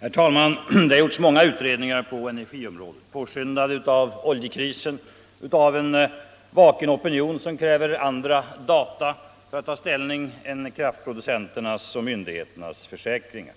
Herr talman! Det har gjorts många utredningar på energiområdet påskyndade av oljekrisen och av en vaken opinion som kräver andra data för att ta ställning än kraftproducenternas och myndigheternas försäkringar.